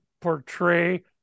portray